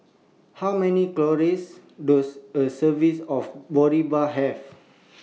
How Many Calories Does A Service of Boribap Have